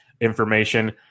information